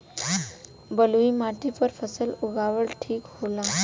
बलुई माटी पर फसल उगावल ठीक होला?